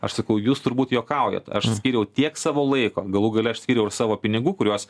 aš sakau jūs turbūt juokaujat aš skyriau tiek savo laiko galų gale aš skyriau ir savo pinigų kuriuos